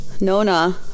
Nona